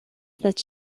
that